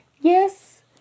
yes